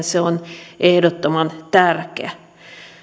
se on ehdottoman tärkeä